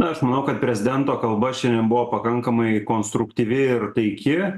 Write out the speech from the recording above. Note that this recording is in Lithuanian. na aš manau kad prezidento kalba šiandien buvo pakankamai konstruktyvi ir taiki